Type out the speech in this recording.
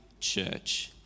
church